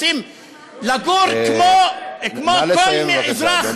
רוצים לגור כמו כל אזרח,